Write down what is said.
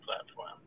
platform